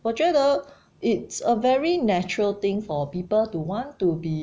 我觉得 it's a very natural thing for people to want to be